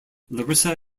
larissa